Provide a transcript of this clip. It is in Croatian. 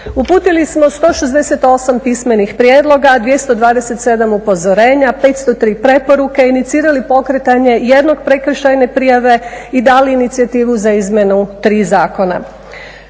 Uputili smo 168 pismenih prijedloga, 227 upozorenja, 503 preporuke, inicirali pokretanje jedne prekršajne prijave i dali inicijativu za izmjenu tri zakona.